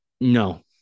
no